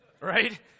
Right